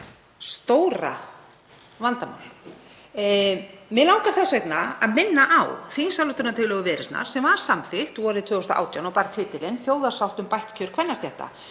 stóra vandamál. Mig langar þess vegna að minna á þingsályktunartillögu Viðreisnar sem var samþykkt vorið 2018 og bar titilinn: Þjóðarsátt um bætt kjör kvennastétta.